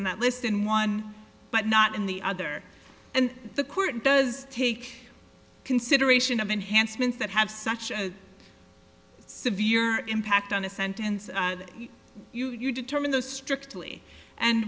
on that list in one but not in the other and the court does take consideration of enhancements that have such a severe impact on a sentence you determine the strictly and